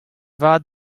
vat